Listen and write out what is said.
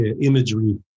imagery